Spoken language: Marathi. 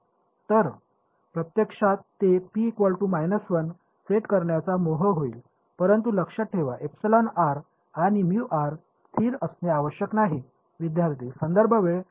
तर प्रत्यक्षात ते सेट करण्याचा मोह होईल परंतु लक्षात ठेवा आणि स्थिर असणे आवश्यक नाही